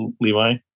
Levi